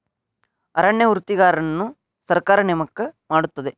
ಅರಣ್ಯ ವೃತ್ತಿಗಾರರನ್ನು ಸರ್ಕಾರ ನೇಮಕ ಮಾಡುತ್ತದೆ